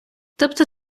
тобто